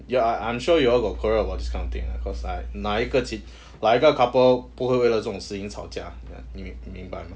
ya I'm sure you all got quarrel about this kind of thing lah cause 哪一个 couple 不会为了这种事情吵架你明白吗